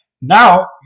Now